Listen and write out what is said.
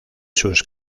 sus